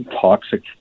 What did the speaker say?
toxic